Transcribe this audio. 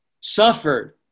suffered